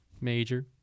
major